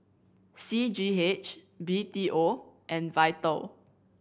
C G H B T O and Vital